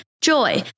Joy